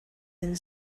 and